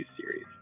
series